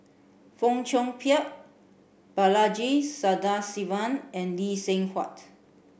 Fong Chong Pik Balaji Sadasivan and Lee Seng Huat